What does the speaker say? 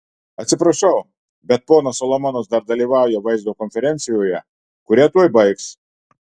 atsiprašau bet ponas solomonas dar dalyvauja vaizdo konferencijoje kurią tuoj baigs